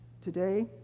Today